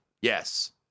yes